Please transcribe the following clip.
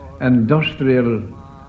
Industrial